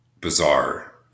bizarre